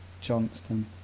Johnston